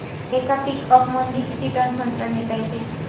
येका पिकअपमंदी किती टन संत्रा नेता येते?